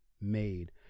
made